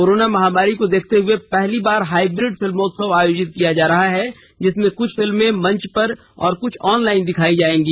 corona महामारी को देखते हुए पहली बार हाइब्रिड फिल्मोत्सव आयोजित किया जा रहा है जिसमें कुछ फिल्में मंच पर और कुछ ऑनलाइन दिखाई जायेंगी